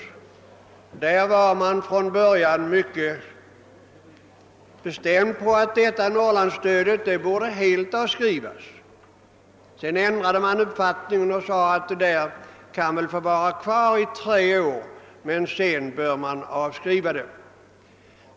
Från början hävdade man mycket bestämt att detta borde helt avskrivas. Sedan ändrade man uppfattning och sade att det kunde få vara kvar i tre år, men sedan borde det avskrivas.